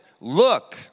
look